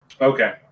Okay